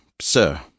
Sir